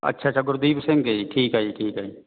ਅੱਛਾ ਅੱਛਾ ਗੁਰਦੀਪ ਸਿੰਘ ਜੀ ਠੀਕ ਹੈ ਜੀ ਠੀਕ ਹੈ